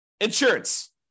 insurance